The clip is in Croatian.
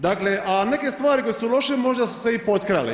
Dakle, a neke stvari koje su loše možda su se i potkrale.